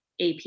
AP